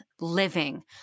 living